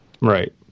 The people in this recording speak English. Right